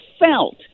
felt